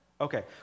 Okay